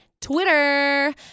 Twitter